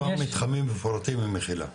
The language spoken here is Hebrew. כמה מתחמים מפורטים במחילה.